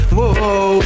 Whoa